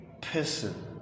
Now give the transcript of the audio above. person